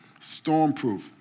Stormproof